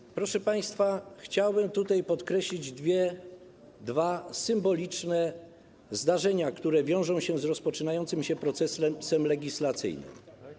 I, proszę państwa, chciałbym tutaj podkreślić dwa symboliczne zdarzenia, które wiążą się z rozpoczynającym się procesem legislacyjnym.